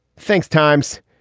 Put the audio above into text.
thanks times.